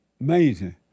Amazing